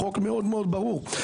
החוק מאוד ברור,